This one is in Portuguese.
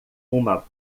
uma